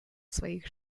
своих